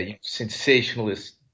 sensationalist